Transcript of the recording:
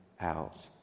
out